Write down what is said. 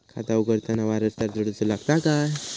खाता उघडताना वारसदार जोडूचो लागता काय?